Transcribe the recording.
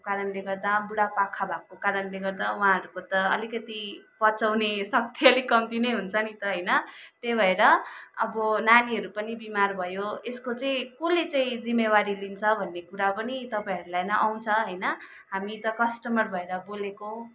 कारणले गर्दा बुढापाका भएको कारणले गर्दा उहाँहरूको त अलिकति पचाउने शक्ति कम्ती नै हुन्छ नि त होइन त्यही भएर अब नानीहरू पनि बिमार भयो यसको चाहिँ कसले चाहिँ जिम्मेवारी लिन्छ भन्ने कुरा पनि तपाईँहरूलाई नै आउँछ होइन हामी त कस्टमर भएर बोलेको